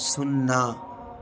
సున్నా